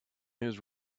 his